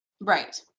Right